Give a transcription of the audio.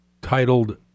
titled